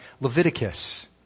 Leviticus